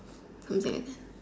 two deaths